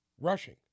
rushing